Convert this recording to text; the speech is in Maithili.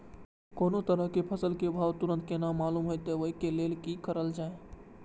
कोनो तरह के फसल के भाव तुरंत केना मालूम होते, वे के लेल की करल जाय?